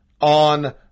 on